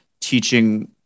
teaching